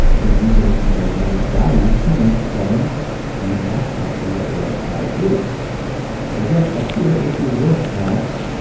we're using the dynamic values coming from the match property that react router gave us. and so, again, up here if we look at